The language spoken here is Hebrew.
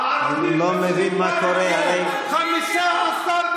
אין לנו בעיה עם הרופאים הערבים.